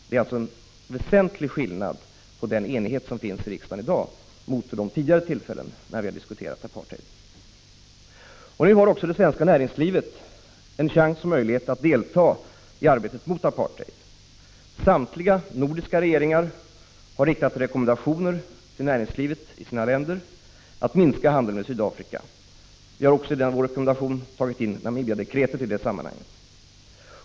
Det är alltså en väsentlig skillnad mellan den enighet som finns i riksdagen i dag och de uppfattningar som har rått vid de tidigare tillfällen då vi har diskuterat apartheid. Nu har också det svenska näringslivet chans att delta i arbetet mot apartheid. Samtliga nordiska regeringar har riktat rekommendationer till näringslivet i sina länder att minska handeln med Sydafrika. Vi har också i denna vår rekommendation tagit in Namibiadekretet.